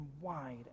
wide